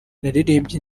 naririmbye